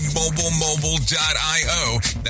mobilemobile.io